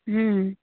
হুম